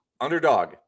Underdog